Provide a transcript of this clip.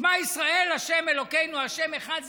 שמע ישראל ה' אלוקינו ה' אחד,